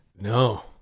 No